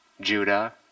Judah